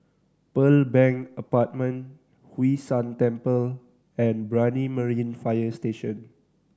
Pearl Bank Apartment Hwee San Temple and Brani Marine Fire Station